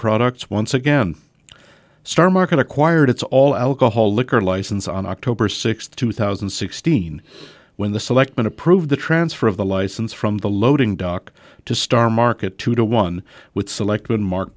products once again star market acquired its all alcohol liquor license on october sixth two thousand and sixteen when the selectmen approved the transfer of the license from the loading dock to star market two to one with selected mark